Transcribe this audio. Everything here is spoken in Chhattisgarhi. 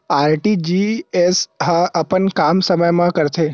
आर.टी.जी.एस ह अपन काम समय मा करथे?